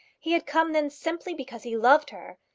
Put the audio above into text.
he had come then simply because he loved her,